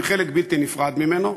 היא חלק בלתי נפרד ממנו,